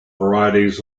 varieties